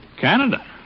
Canada